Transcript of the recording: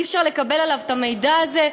אי-אפשר לקבל עליו את המידע הזה?